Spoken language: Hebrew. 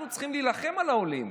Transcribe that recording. אנחנו צריכים להילחם על העולים,